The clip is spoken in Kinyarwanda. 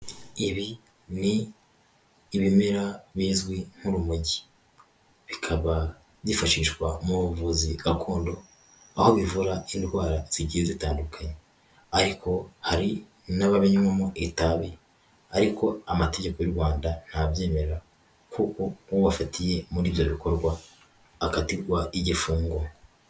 Ibi ni ibimera bizwi nk'urumogi bikaba byifashishwa mu buvuzi gakondo, aho bivura indwara zigiye zitandukanye, ariko hari n'ababinywamo itabi, ariko amategeko y'u Rwanda ntabyemera, kuko uwo bafatiye muri ibyo bikorwa akatirwa igifungo.